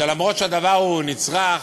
שאף שהדבר הוא נצרך,